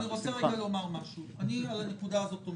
לא, לא, אז אני רוצה לומר משהו על הנקודה הזאת: